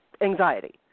anxiety